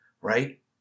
Right